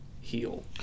heal